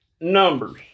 numbers